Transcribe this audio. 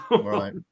Right